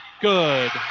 good